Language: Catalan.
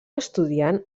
estudiant